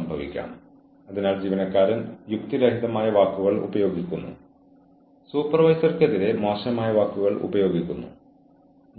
ഇത് ഒരു അനിവാര്യത കാരണമാണോ അതോ ജീവനക്കാരൻ യുക്തിരഹിതമായ പെരുമാറ്റത്തിൽ ആവർത്തിച്ച് ഏർപ്പെടുകയാണോ